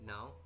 Now